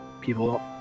people